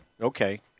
Okay